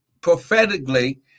prophetically